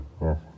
Yes